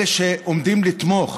אלה שעומדים לתמוך